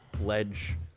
ledge